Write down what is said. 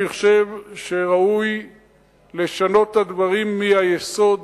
אני חושב שראוי לשנות את הדברים מהיסוד